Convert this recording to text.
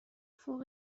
فوق